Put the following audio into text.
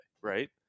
right